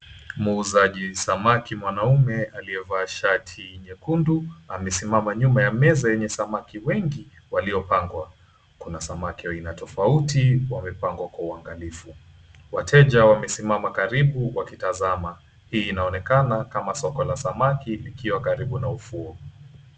Muuzaji samaki mwanaume aliyevaa shati nyekundu amesimama nyuma ya meza yenye samaki wengi waliopangwa. Kuna samaki aina tofauti wamepangwa kw auangalifu. Wateja wamesimama karibu Wakitazama hii inaonekana kama soko la samaki ikiwa karibu na ufuo.